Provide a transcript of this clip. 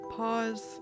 Pause